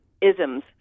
isms